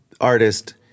artist